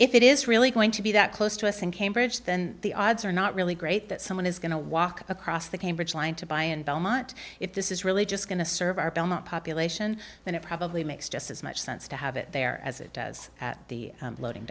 if it is really going to be that close to us in cambridge then the odds are not really great that someone is going to walk across the cambridge line to buy in belmont if this is really just going to serve our belmont population then it probably makes just as much sense to have it there as it does at the